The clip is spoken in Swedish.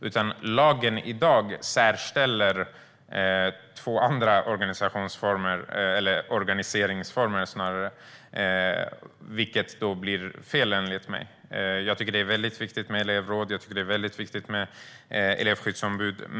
Det är lagen som i dag särställer två andra organiseringsformer, vilket enligt mig är fel. Jag tycker att det är viktigt med elevråd och med elevskyddsombud.